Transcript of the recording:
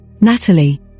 Natalie